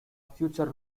future